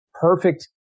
perfect